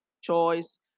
choice